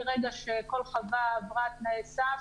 מרגע שכל חווה עברה תנאי סף,